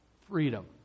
Freedom